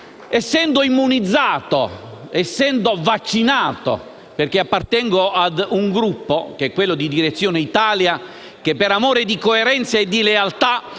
essendo immunizzato, essendo vaccinato, perché appartengo ad un Gruppo, quello di Direzione Italia, che per amore di coerenza e di lealtà